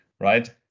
Right